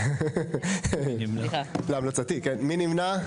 מי נמנע?